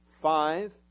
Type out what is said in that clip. five